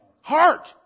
heart